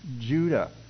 Judah